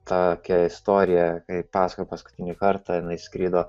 ta istorija kaip pasakojo paskutinį kartą jinai skrido